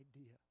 idea